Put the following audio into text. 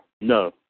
No